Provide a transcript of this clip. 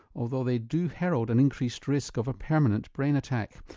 although they do herald an increased risk of a permanent brain attack.